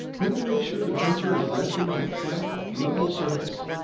we will make sure the printer is resting on a flat, level surface.